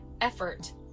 effort